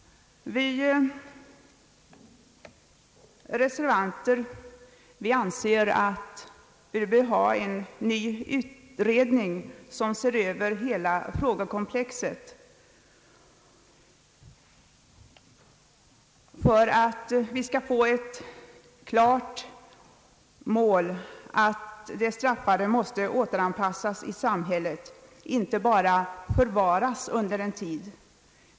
Vi reservanter anser att det behövs en ny utredning som ser över hela frågekomplexet för att vi skall få målet klart utstakat, att de straffade skall återanpassas i samhället, inte bara förvaras under en tid.